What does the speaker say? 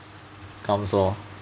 comes lor